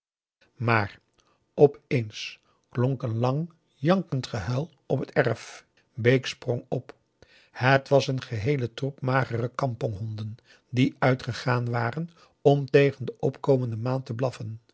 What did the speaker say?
maar opeens klonk een lang jankend gehuil op het erf bake sprong op het was een geheele troep magere kamponghonden die uitgegaan waren om tegen de opkomende maan te blaffen